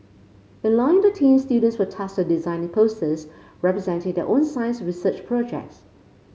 in line the theme students were tasked with designing posters representing their own science research projects